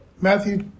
Matthew